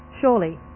Surely